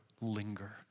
linger